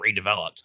redeveloped